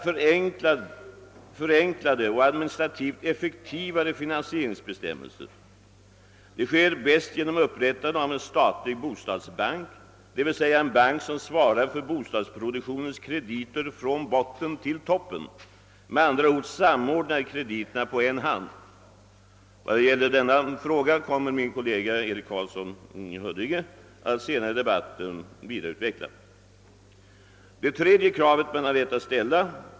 Förenklade och administrativt effektivare finansieringsbestämmelser. Detta åstadkommes bäst genom upprättande av en statlig bostadbank, d.v.s. en bank som svarar för bostadsproduktionens krediter från botten till toppen och som med andra ord samordnar krediterna på en hand. Frågan om en dylik bank kommer min kollega herr Karlsson i Huddinge senare under debatten att vidareutveckla.